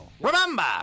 Remember